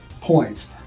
points